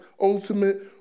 ultimate